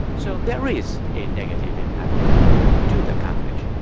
so there is a negative impact to the college.